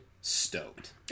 stoked